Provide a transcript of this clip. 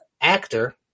actor